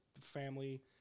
family